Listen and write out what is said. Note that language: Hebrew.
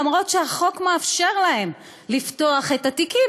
אף שהחוק מאפשר להם לפתוח את התיקים,